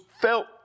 felt